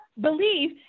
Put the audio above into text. believe